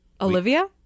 Olivia